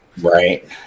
Right